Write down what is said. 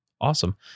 Awesome